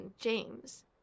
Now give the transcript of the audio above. James